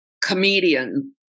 comedian